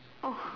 oh